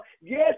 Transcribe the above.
Yes